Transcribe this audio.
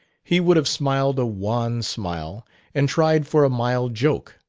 he would have smiled a wan smile and tried for a mild joke,